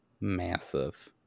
massive